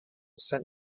sent